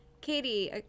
Katie